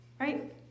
Right